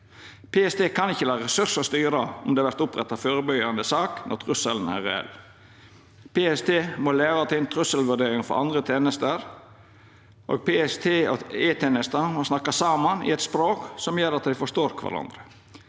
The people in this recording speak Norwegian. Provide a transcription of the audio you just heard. PST kan ikkje la ressursar styra om det vert oppretta førebyggjande sak når trusselen er reell. PST må læra å ta inn trusselvurderingar frå andre tenester, og PST og E-tenesta må snakka saman på eit språk som gjer at dei forstår kvarandre.